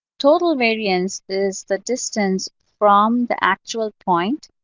total variance is the distance from the actual point